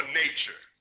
nature